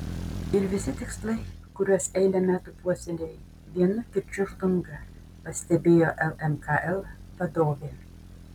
ir visi tikslai kuriuos eilę metų puoselėjai vienu kirčiu žlunga pastebėjo lmkl vadovė